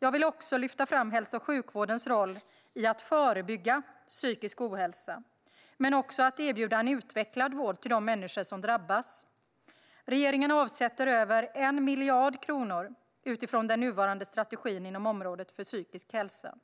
Jag vill också lyfta fram hälso och sjukvården roll i att förebygga psykisk ohälsa, men också att erbjuda en utvecklad vård till de människor som drabbas. Regeringen avsätter över 1 miljard kronor utifrån den nuvarande strategin inom området för psykisk hälsa.